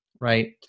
right